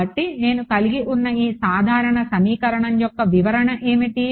కాబట్టి నేను కలిగి ఉన్న ఈ సాధారణ సమీకరణం యొక్క వివరణ ఏమిటి